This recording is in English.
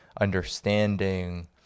understanding